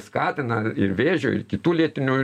skatina vėžio ir kitų lėtinių